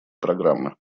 программы